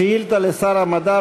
שאילתה לשר המדע,